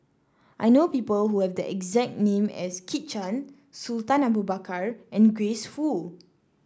I know people who have the exact name as Kit Chan Sultan Abu Bakar and Grace Fu